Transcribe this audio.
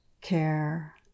care